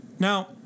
Now